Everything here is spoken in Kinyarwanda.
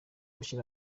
gushyira